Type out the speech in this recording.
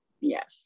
Yes